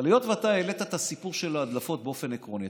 אבל היות שאתה העלית את הסיפור של ההדלפות באופן עקרוני,